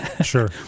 sure